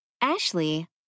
Ashley